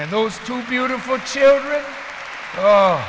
and those two beautiful children